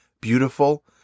beautiful